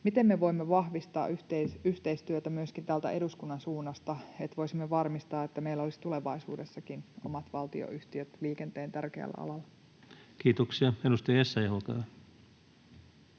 Miten me voimme vahvistaa yhteistyötä myöskin täältä eduskunnan suunnasta, että voisimme varmistaa, että meillä olisi tulevaisuudessakin omat valtionyhtiöt liikenteen tärkeällä alalla? Kiitoksia. — Edustaja Essayah, olkaa